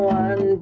one